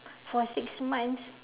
for six months